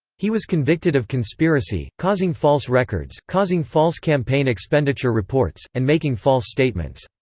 he was convicted of conspiracy, causing false records, causing false campaign expenditure reports, and making false statements.